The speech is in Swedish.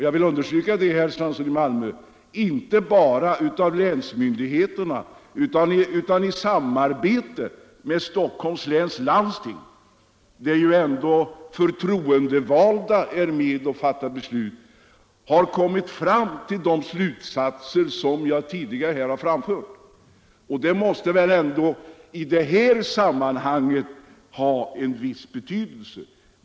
Jag vill understryka att det är inte bara länsmyndigheterna utan även Stockholms läns landsting, där förtroendevalda är med och fattar beslut, som har kommit fram till de slutsatser som jag tidigare framfört. Det måste väl ändå i det här sammanhanget ha en viss betydelse.